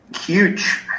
huge